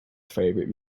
favorite